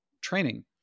training